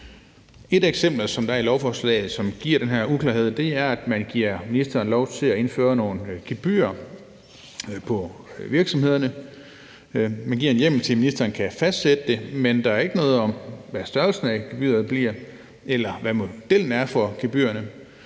de eksempler, der er i lovforslaget, som giver den her uklarhed, er, at man giver ministeren lov til at indføre nogle gebyrer for virksomhederne. Man giver en hjemmel til, at ministeren kan fastsætte det, men der står ikke noget om, hvad størrelsen af gebyrerne bliver, eller hvad modellen er for gebyrerne.